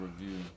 review